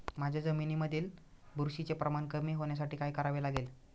माझ्या जमिनीमधील बुरशीचे प्रमाण कमी होण्यासाठी काय करावे लागेल?